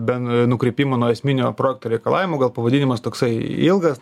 be nukrypimų nuo esminio projekto reikalavimų gal pavadinimas toksai ilgas